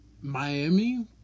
Miami